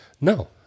No